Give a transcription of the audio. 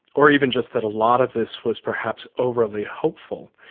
or even just that a lot of this was perhaps overly hopeful.